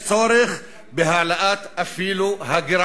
יש צורך אפילו בהעלאת הגירעון.